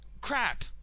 crap